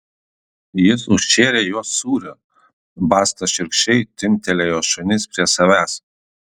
jis užšėrė juos sūriu basta šiurkščiai timptelėjo šunis prie savęs